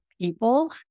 people